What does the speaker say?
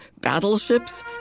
battleships